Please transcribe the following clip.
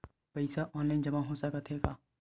पईसा ऑनलाइन जमा हो साकत हे का?